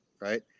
right